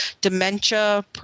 dementia